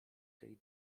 tej